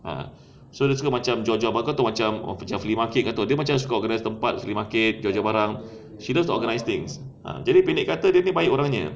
ah so dia suka macam jual-jual barang kau tahu macam flea market dia suka macam organise tempat flea market jual barang she likes to organise things ah jadi pendek kata dia ni baik orangnya